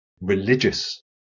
religious